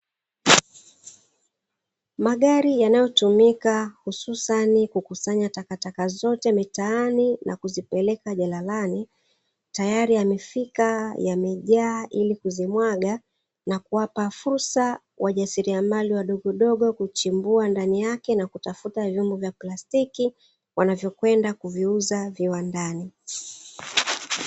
Magari yanayotumika hususani kukusanya takataka zote mitaani na kuzipeleka jalalani, tayari yamefika yamejaa ili kuzimwaga, na kuwapa fursa wajasiriamali wadogodogo kuchimbua ndani yake na kutafuta vyombo vya plastiki wanavyokwenda kuviuza viwandani.